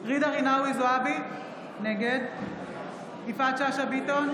רינאוי זועבי, נגד יפעת שאשא ביטון,